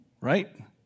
right